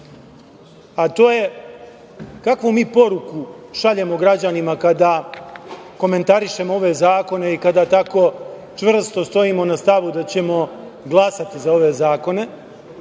a to je kakvu mi poruku šaljemo građanima kada komentarišemo ove zakone i kada tako čvrsto stojimo na stavu da ćemo glasati za ove zakone. Osnovna